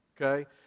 Okay